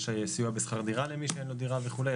יש סיוע בשכר דירה למי שאין לו דירה וכולי.